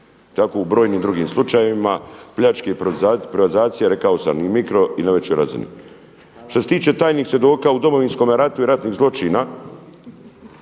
tako u brojnim drugim slučajevima pljački, privatizacija rekao sam i mikro i na većoj razini. Što se tiče tajnih svjedoka u Domovinskome ratu i ratnih zločina